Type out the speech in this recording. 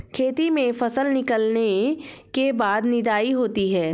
खेती में फसल निकलने के बाद निदाई होती हैं?